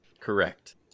Correct